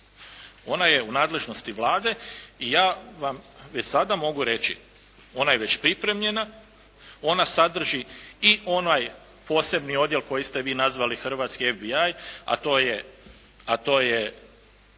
ona je u nadležnosti Vlade i ja vam već sada mogu reći, ona je već pripremljena, ona sadrži i onaj posebni odjel koji ste vi nazvali hrvatski FBI, a to je, a